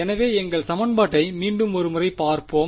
எனவே எங்கள் சமன்பாட்டை மீண்டும் ஒரு முறை பார்ப்போம்